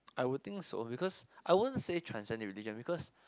I would think so because I won't say transcend religion because